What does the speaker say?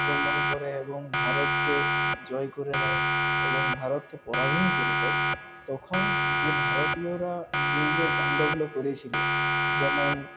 আক্রমণ করে এবং ভারতকে জয় করে নেয় এবং ভারতকে পরাধীন করে দেয় তখন যে ভারতীয়রা যে যে কাণ্ডগুলো করেছিল যেমন